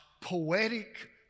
poetic